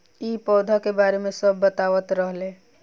इ पौधा के बारे मे सब बतावत रहले